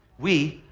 we,